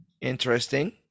Interesting